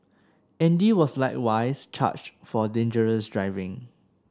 Andy was likewise charged for dangerous driving